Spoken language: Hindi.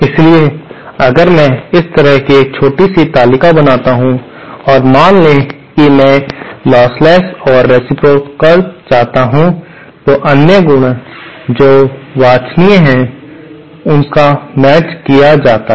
इसलिए अगर मैं इस तरह की एक छोटी सी तालिका बनाता हूं और मान लें कि मैं लॉसलेस और रेसिप्रोकाल चाहता हूं और अन्य गुण जो वांछनीय है उसका मेचड़ किया जाता है